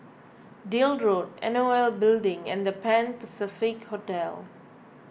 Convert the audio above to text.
Deal Road N O L Building and the Pan Pacific Hotel